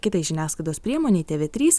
kitai žiniasklaidos priemonei tv trys